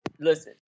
listen